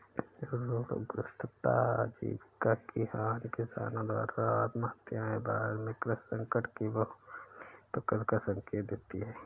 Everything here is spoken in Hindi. ऋणग्रस्तता आजीविका की हानि किसानों द्वारा आत्महत्याएं भारत में कृषि संकट की बहुआयामी प्रकृति का संकेत देती है